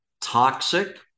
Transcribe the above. toxic